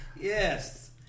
Yes